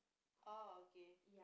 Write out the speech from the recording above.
oh okay